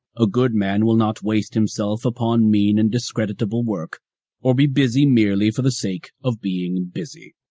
a good man will not waste himself upon mean and discreditable work or be busy merely for the sake of being busy.